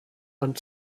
and